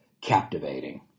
captivating